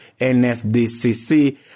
NSDCC